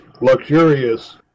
luxurious